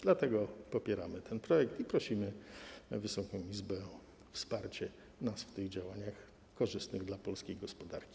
Dlatego popieramy ten projekt i prosimy Wysoką Izbę o wsparcie nas w tych działaniach korzystnych dla polskiej gospodarki.